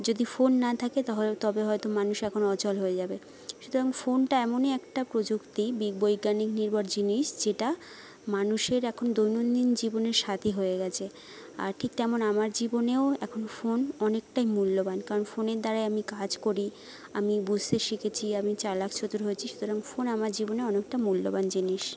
যদি ফোন না থাকে তাহলে তবে হয়তো মানুষ এখন অচল হয়ে যাবে সুতারং ফোনটা এমনই একটা প্রযুক্তি বৈজ্ঞানিক নির্ভর জিনিস যেটা মানুষের এখন দৈনন্দিন জীবনের সাথে হয়ে গেছে আর ঠিক তেমন আমার জীবনেও এখন ফোন অনেকটাই মূল্যবান কারণ ফোনের দ্বারাই আমি কাজ করি আমি বুঝতে শিখেছি আমি চালাক চতুর হয়েছি সুতারং ফোন আমার জীবনে অনেকটা মূল্যবান জিনিস